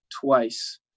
twice